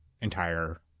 entire